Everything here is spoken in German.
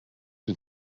den